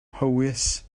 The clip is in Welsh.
mhowys